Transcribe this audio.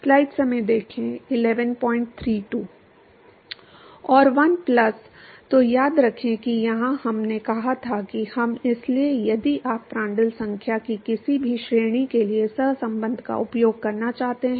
और 1 प्लस तो याद रखें कि यहाँ हमने कहा था कि हम इसलिए यदि आप प्रांड्टल संख्या की किसी भी श्रेणी के लिए सहसंबंध का उपयोग करना चाहते हैं